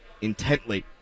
intently